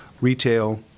retail